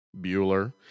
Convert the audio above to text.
Bueller